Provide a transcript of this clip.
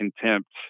contempt